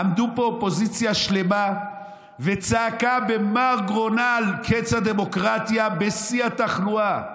עמדה פה אופוזיציה שלמה וצעקה במר גרונה על קץ הדמוקרטיה בשיא התחלואה.